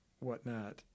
whatnot